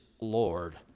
Lord